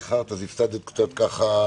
הפסדתי.